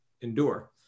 endure